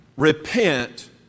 Repent